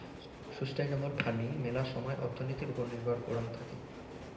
sustainable farming মেলা সময় অর্থনীতির ওপর নির্ভর করাং থাকি